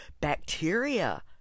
bacteria